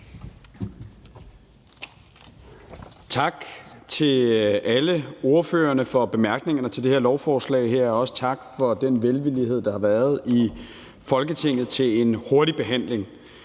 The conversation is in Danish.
Tak til alle ordførerne for bemærkningerne til det her lovforslag, og også tak for den velvillighed, der har været i Folketinget, til en hurtig behandling.